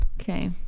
Okay